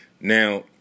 now